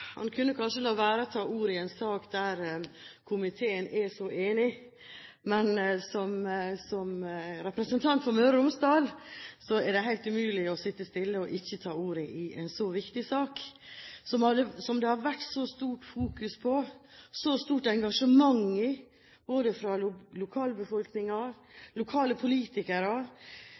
kunne kanskje la være å ta ordet i en sak der komiteen er så enig. Men som representant for Møre og Romsdal er det helt umulig å sitte stille og ikke ta ordet i en så viktig sak som det har vært så stort fokus på, så stort engasjement ifra både lokalbefolkningen, lokale politikere